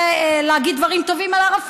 אני מבינה שאתה רוצה להגיד דברים טובים על ערפאת.